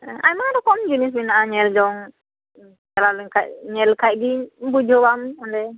ᱟᱭᱢᱟ ᱨᱚᱠᱚᱢ ᱡᱤᱱᱤᱥ ᱢᱮᱱᱟᱜᱼᱟ ᱧᱮᱞᱡᱚᱝ ᱪᱟᱞᱟᱣ ᱞᱮᱱᱠᱷᱟᱱ ᱧᱮᱞ ᱠᱟᱹᱜ ᱜᱮᱧ ᱵᱩᱡᱷᱟᱹᱣᱟᱢ ᱚᱸᱰᱮ